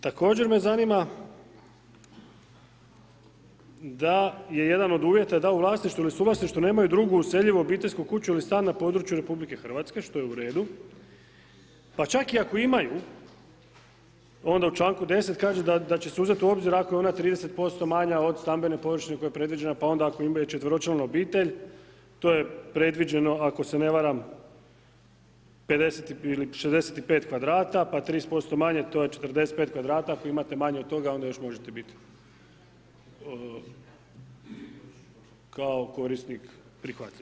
Također me zanima da je jedan od uvjeta da u vlasništvu ili suvlasništvu nemaju drugu useljivu obiteljsku kuću ili stan na području RH, što je u redu, pa čak i ako imaju onda u članku 10. kaže da će se uzet u obzir ako je ona 30% manja od stambene površine koja je predviđena pa onda ako imaju četveročlanu obitelj, to je predviđeno ako se ne varam 50 ili 65 kvadrata pa 30% manje to je 45 kvadrata, ako imate manje od toga onda još možete bit kao korisnik prihvatljiv.